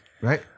Right